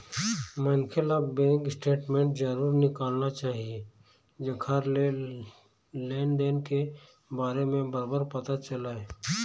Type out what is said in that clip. मनखे ल bank statement जरूर निकालना चाही जेखर ले लेन देन के बारे म बरोबर पता चलय